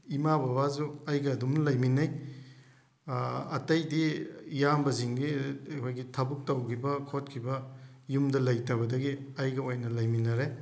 ꯏꯃꯥ ꯕꯥꯕꯁꯨ ꯑꯩꯒ ꯑꯗꯨꯝ ꯂꯩꯃꯤꯟꯅꯩ ꯑꯇꯩꯗꯤ ꯏꯌꯥꯝꯕꯁꯤꯡꯗꯤ ꯑꯩꯈꯣꯏꯒꯤ ꯊꯕꯛ ꯇꯧꯈꯤꯕ ꯈꯣꯠꯈꯤꯕ ꯌꯨꯝꯗ ꯂꯩꯇꯕꯗꯒꯤ ꯑꯩꯒ ꯑꯣꯏꯅ ꯂꯩꯃꯤꯟꯅꯔꯦ